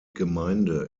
gemeinde